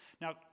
Now